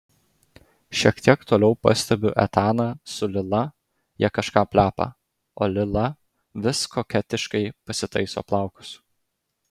šiek tiek toliau pastebiu etaną su lila jie kažką plepa o lila vis koketiškai pasitaiso plaukus